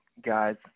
guys